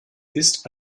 ist